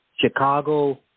Chicago